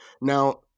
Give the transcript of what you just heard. Now